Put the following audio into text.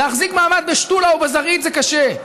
להחזיק מעמד בשתולה או בזרעית זה קשה,